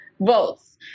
votes